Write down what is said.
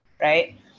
right